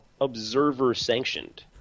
observer-sanctioned